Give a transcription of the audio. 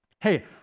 hey